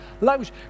language